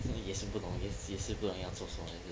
所以你也是不懂也是也是不懂要做什么